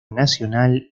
nacional